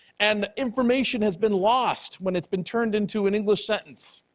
and information has been lost when it's been turned into an english sentence,